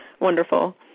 Wonderful